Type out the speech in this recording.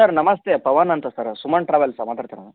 sir ನಮಸ್ತೆ ಪವನ್ ಅಂತ sir Suman ಟ್ರಾವೆಲ್ಸಾ ಮಾತಾಡ್ತಿರೋದು